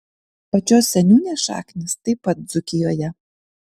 pačios seniūnės šaknys taip pat dzūkijoje